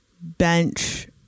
bench